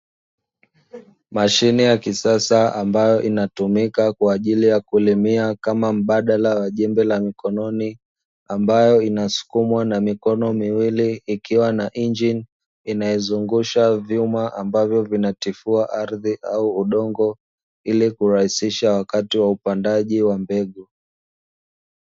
Mashine ya kisasa ambayo inatumika kwa ajili ya kulimia kama mbadala wa jembe la mkononi, ambayo inasukumwa na mikono miwili ikiwa na injini inayozungusha vyuma ambavyo vinatifua ardhi au udongo, ili kurahisisha wakati wa upandaji wa mbegu.